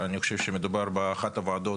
אני חושב שמדובר באחת הוועדות